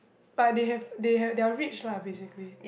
but they have they have they're rich lah basically